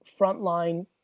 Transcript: frontline